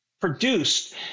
produced –